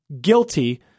guilty